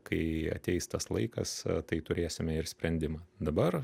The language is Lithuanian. kai ateis tas laikas tai turėsime ir sprendimą dabar